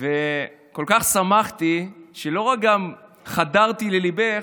וכל כך שמחתי שלא רק חדרתי לליבך,